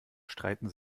streiten